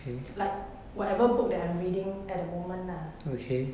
like whatever book that I'm reading at the moment lah